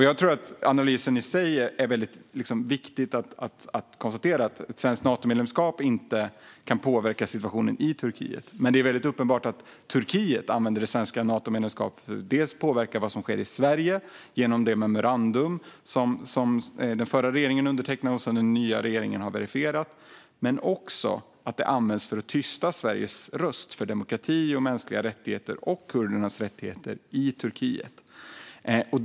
Jag tror att det i analysen i sig är väldigt viktigt att konstatera att ett svenskt Natomedlemskap inte kan påverka situationen i Turkiet. Men det är väldigt uppenbart att Turkiet använder det svenska Natomedlemskapet, dels påverkar vad som sker i Sverige genom det memorandum som den förra regeringen undertecknade och som den nya regeringen har verifierat, dels använder det för att tysta Sveriges röst för demokrati, mänskliga rättigheter och kurdernas rättigheter i Turkiet.